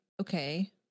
Okay